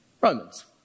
Romans